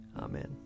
Amen